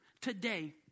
today